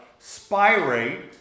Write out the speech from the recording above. spirate